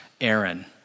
Aaron